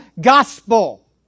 gospel